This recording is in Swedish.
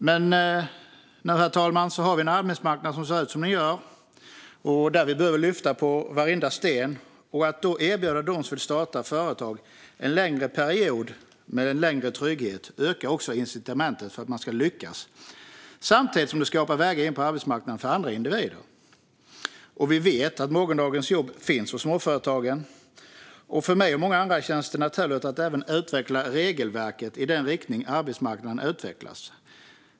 Herr talman! Nu ser vår arbetsmarknad ut som den gör, och vi behöver lyfta på varenda sten. Att då erbjuda dem som startar ett företag en längre period och längre trygghet ökar också incitamenten för att man ska lyckas, samtidigt som det skapar vägar in på arbetsmarknaden för andra individer. Vi vet att morgondagens jobb finns hos småföretagen. För mig och många andra känns det därför naturligt att utveckla regelverket i den riktning som arbetsmarknaden utvecklas.